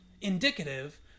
indicative